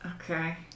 Okay